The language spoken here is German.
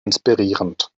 inspirierend